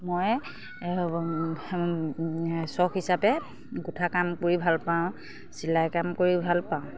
মই চখ হিচাপে গোঁঠা কাম কৰি ভাল পাওঁ চিলাই কাম কৰি ভাল পাওঁ